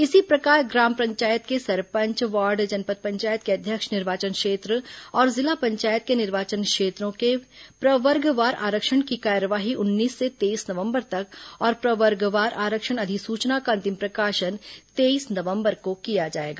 इसी प्रकार ग्राम पंचायत को सरपंच वार्ड जनपद पंचायत के अध्यक्ष निर्वाचन क्षेत्र और जिला पंचायत के निर्वाचन क्षेत्रों का प्रवर्गवार आरक्षण की कार्यवाही उन्नीस से तेईस नवम्बर तक और प्रवर्गवार आरक्षण अधिसूचना का अंतिम प्रकाशन तेईस नवम्बर को किया जाएगा